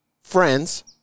friends